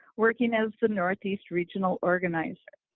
working as the northeast regional organizer.